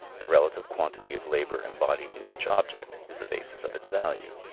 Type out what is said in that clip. the relative quantity of labor embodied in each object is the basis of its value.